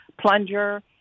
plunger